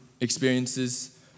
experiences